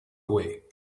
away